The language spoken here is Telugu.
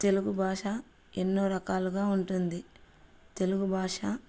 తెలుగు భాష ఎన్నో రకాలుగా ఉంటుంది తెలుగు భాష